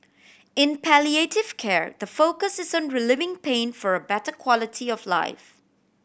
in palliative care the focus is on relieving pain for a better quality of life